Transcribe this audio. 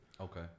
Okay